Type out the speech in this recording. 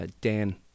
Dan